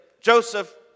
Joseph